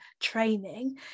training